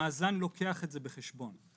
המאזן לוקח את זה בחשבון.